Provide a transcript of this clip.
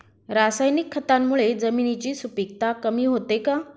रासायनिक खतांमुळे जमिनीची सुपिकता कमी होते का?